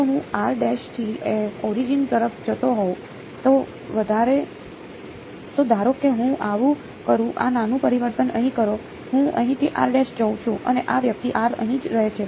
જો હું થી ઓરિજિન તરફ જતો હોઉં તો ધારો કે હું આવું કરું આ નાનું પરિવર્તન અહીં કરો હું અહીંથી જઉં છું અને આ વ્યક્તિ અહીં જ રહે છે